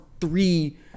three